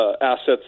assets